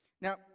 Now